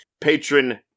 patron